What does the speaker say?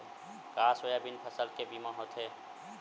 का सोयाबीन फसल के बीमा होथे?